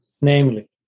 Namely